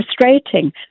frustrating